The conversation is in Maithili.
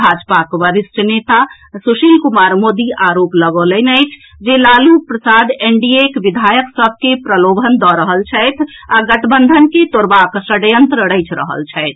भाजपाक वरिष्ठ नेता सुशील कुमार मोदी आरोप लगौलनि अछि जे लालू प्रसाद एनडीएक विधायक सभ के प्रलोभन दऽ रहल छथि आ गठबंधन के तोड़बाक षडयंत्र रचि रहल छथि